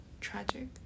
Tragic